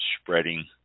spreading